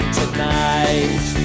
tonight